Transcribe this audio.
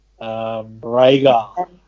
Rhaegar